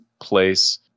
place